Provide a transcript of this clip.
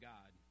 God